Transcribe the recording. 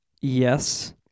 Yes